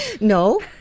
no